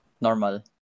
Normal